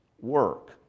work